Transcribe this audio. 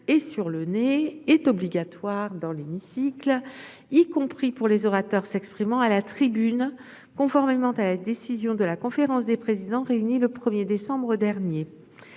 sur le nez ! -est obligatoire dans l'hémicycle, y compris pour les orateurs s'exprimant à la tribune, conformément à la décision de la conférence des présidents réunie le 1 décembre dernier.